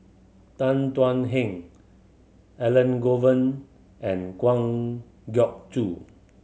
Tan Thuan Heng Elangovan and Kwa Geok Choo